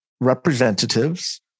representatives